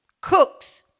cooks